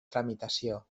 tramitació